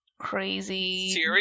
Crazy